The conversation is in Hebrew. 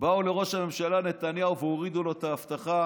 באו לראש הממשלה נתניהו והורידו לו את האבטחה